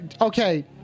okay